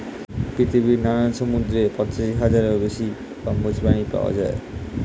পৃথিবীর নানান সমুদ্রে পঁচাশি হাজারেরও বেশি কম্বোজ প্রাণী পাওয়া যায়